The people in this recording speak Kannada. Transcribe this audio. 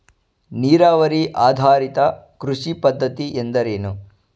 ನೀರಾವರಿ ಆಧಾರಿತ ಕೃಷಿ ಪದ್ಧತಿ ಎಂದರೇನು?